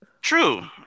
true